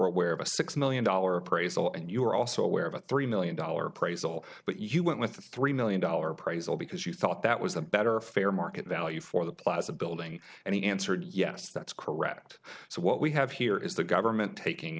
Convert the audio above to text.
aware of a six million dollar appraisal and you were also aware of a three million dollar praise all but you went with a three million dollar prize all because you thought that was a better fair market value for the plaza building and he answered yes that's correct so what we have here is the government taking